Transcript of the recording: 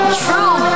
true